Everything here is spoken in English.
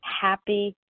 happy